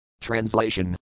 Translation